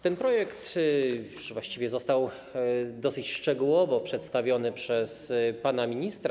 Ten projekt już właściwie został dosyć szczegółowo przedstawiony przez pana ministra.